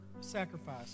sacrifice